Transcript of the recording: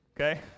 okay